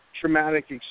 traumatic